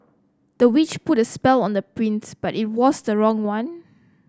the witch put a spell on the prince but it was the wrong one